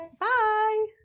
bye